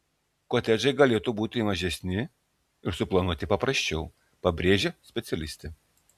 kotedžai galėtų būti mažesni ir suplanuoti paprasčiau pabrėžia specialistė